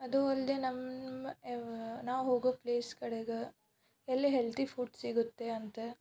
ಅದೂ ಅಲ್ಲದೆ ನಮ್ಮ ನಾವು ಹೋಗೋ ಪ್ಲೇಸ್ ಕಡೆಗೆ ಎಲ್ಲಿ ಹೆಲ್ದಿ ಫುಡ್ ಸಿಗುತ್ತೆ ಅಂತ